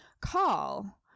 call